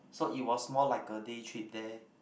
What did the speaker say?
so it was more like a day trip there